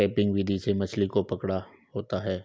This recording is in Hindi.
ट्रैपिंग विधि से मछली को पकड़ा होता है